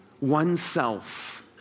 oneself